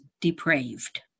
depraved